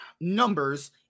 numbers